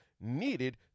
needed